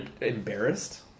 embarrassed